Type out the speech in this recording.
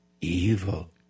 evil